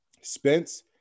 Spence